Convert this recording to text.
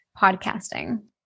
podcasting